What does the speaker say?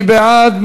מי בעד?